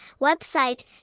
Website